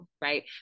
right